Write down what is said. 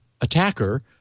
attacker